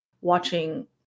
watching